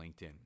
LinkedIn